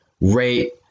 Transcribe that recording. rate